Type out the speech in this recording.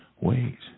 Wait